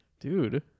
Dude